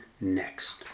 next